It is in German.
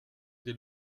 die